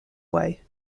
way